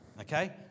okay